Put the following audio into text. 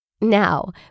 Now